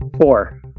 Four